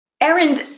Erin